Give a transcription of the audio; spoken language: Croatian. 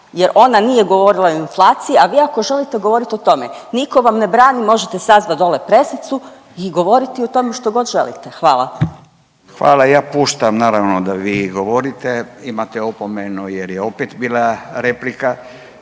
jer ona nije govorila o inflaciji, a vi ako želite govoriti o tome nitko vam ne brani možete sazvati dole presicu i govoriti o tome što god želite. Hvala. **Radin, Furio (Nezavisni)** Hvala ja puštam naravno da vi govorite, imate opomenu jer je opet bila replika.